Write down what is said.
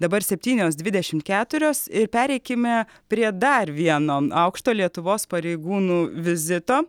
dabar septynios dvidešimt keturios ir pereikime prie dar vieno aukšto lietuvos pareigūnų vizito